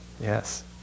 Yes